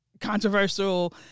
controversial